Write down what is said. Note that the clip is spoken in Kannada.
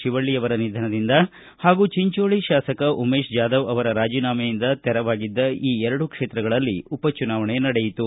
ತಿವಳ್ಳಿಯವರ ನಿಧನದಿಂದ ಹಾಗೂ ಚಿಂಚೋಳಿ ಶಾಸಕ ಉಮೇಶ್ ಜಾಧವ್ ಅವರ ರಾಜೀನಾಮೆಯಿಂದ ತೆರವಾಗಿದ್ದ ಈ ಎರಡು ಕ್ಷೇತ್ರಗಳಲ್ಲಿ ಉಪ ಚುನಾವಣೆ ನಡೆಯಿತು